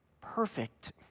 perfect